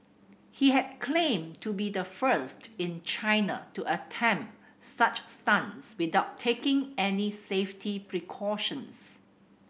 he had claimed to be the first in China to attempt such stunts without taking any safety precautions